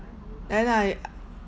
then I